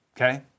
okay